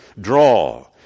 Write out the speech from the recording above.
draw